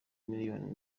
miliyoni